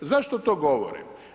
Zašto to govorim?